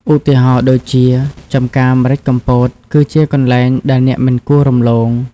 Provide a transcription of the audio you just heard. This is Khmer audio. ឧទាហរណ៍ដូចជា ចំការម្រេចកំពត គឺជាកន្លែងដែលអ្នកមិនគួររំលង។